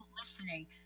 listening